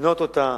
לבנות אותה.